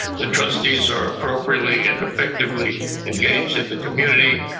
the trustees are appropriately and effectively engaged in the community.